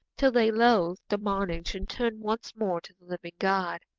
till they loathed the bondage and turned once more to the living god.